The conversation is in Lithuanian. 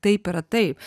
taip yra taip